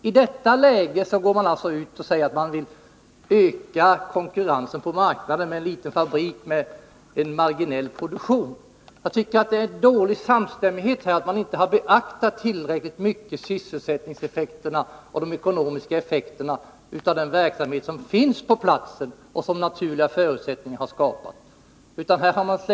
I detta läge säger alltså industriministern att han vill öka konkurrensen på marknaden genom att det tillkommer en liten fabrik med en marginell produktion. Jag tycker att det är dålig samstämmighet här, att man inte har tillräckligt beaktat sysselsättningseffekterna och de ekonomiska effekterna av den verksamhet som redan finns på platsen och som bygger på naturliga förutsättningar.